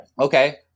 okay